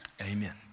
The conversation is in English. amen